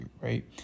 right